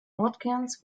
ortskerns